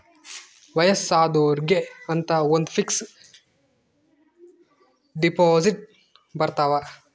ವಯಸ್ಸಾದೊರ್ಗೆ ಅಂತ ಒಂದ ಫಿಕ್ಸ್ ದೆಪೊಸಿಟ್ ಬರತವ